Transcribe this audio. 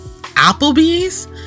Applebee's